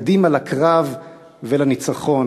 קדימה לקרב ולניצחון".